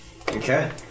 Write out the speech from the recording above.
Okay